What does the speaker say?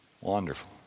Wonderful